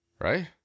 right